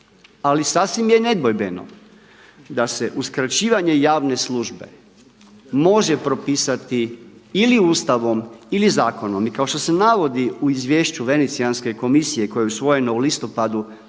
Ali sasvim je nedvojbeno da se uskraćivanje javne službe može propisati ili Ustavom ili zakonom. I kao što se navodi u izvješću Venecijanske komisije koja je usvojena u listopadu